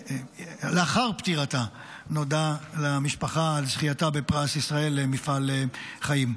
לאחר פטירתה נודע למשפחה על זכייתה בפרס ישראל למפעל חיים.